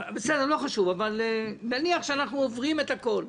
לא חשוב, נניח שאנחנו עוברים את הכול.